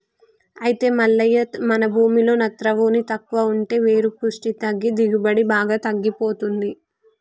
అయితే మల్లయ్య మన భూమిలో నత్రవోని తక్కువ ఉంటే వేరు పుష్టి తగ్గి దిగుబడి బాగా తగ్గిపోతుంది